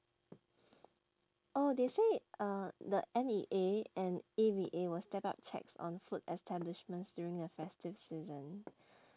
oh they said uh the N_E_A and A_V_A will step up checks on food establishments during the festive season